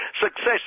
success